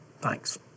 Thanks